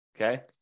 Okay